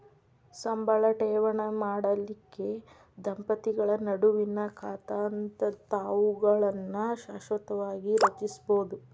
ಸಂಬಳ ಠೇವಣಿ ಮಾಡಲಿಕ್ಕೆ ದಂಪತಿಗಳ ನಡುವಿನ್ ಖಾತಾದಂತಾವುಗಳನ್ನ ಶಾಶ್ವತವಾಗಿ ರಚಿಸ್ಬೋದು